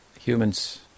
humans